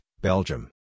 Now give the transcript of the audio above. Belgium